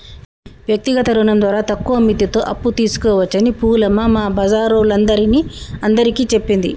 వ్యక్తిగత రుణం ద్వారా తక్కువ మిత్తితో అప్పు తీసుకోవచ్చని పూలమ్మ మా బజారోల్లందరిని అందరికీ చెప్పింది